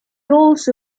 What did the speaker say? also